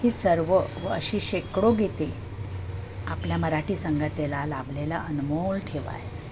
ही सर्व व अशी शेकडो गीते आपल्या मराठी संगतेला लाभलेला अनमोल ठेवा आहे